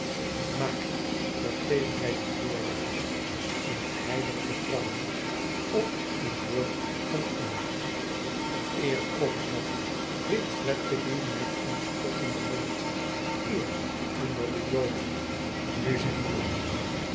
maar vergeef mij die voorwaarde in heilig vertrouwen op uw woord van eer eer ook nog riep fledgeby met een spottenden mond t eer onder de joden nu zeg op